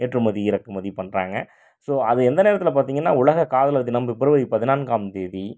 ஏற்றுமதி இறக்குமதி பண்ணுறாங்க ஸோ அது எந்த நேரத்தில் பார்த்திங்கன்னா உலக காதலர் தினம் ஃபிப்ரவரி பதினான்காம் தேதி